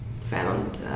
found